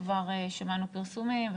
שכבר שמענו פרסומים,